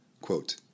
quote